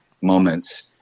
moments